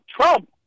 Trump